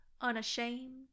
unashamed